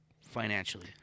financially